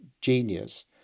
genius